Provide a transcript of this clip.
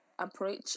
approach